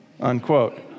unquote